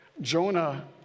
Jonah